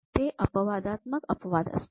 ते अपवादात्मक अपवाद असतात